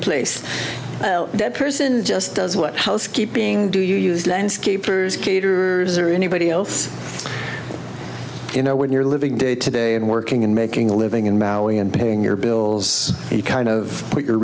place dead person just does what housekeeping do you use landscapers caterers or anybody else you know when you're living day to day and working and making a living and mowing and paying your bills you kind of put your